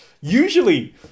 usually